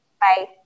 Bye